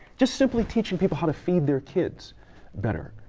just simply teaching people how to feed their kids better,